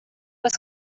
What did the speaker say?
was